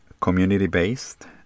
community-based